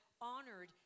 honored